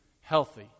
healthy